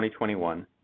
2021